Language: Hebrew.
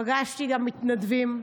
פגשתי גם מתנדבים,